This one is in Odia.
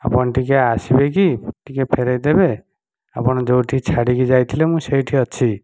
ଆପଣ ଟିକିଏ ଆସିବେକି ଟିକିଏ ଫେରେଇଦେବେ ଆପଣ ଯେଉଁଠି ଛାଡ଼ିକି ଯାଇଥିଲେ ମୁଁ ସେଇଠି ଅଛି